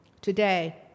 Today